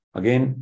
again